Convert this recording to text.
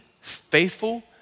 faithful